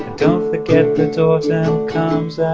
don't forget that autumn comes